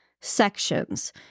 sections